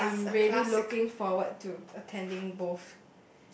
and I'm really looking forward to attending both